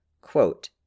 quote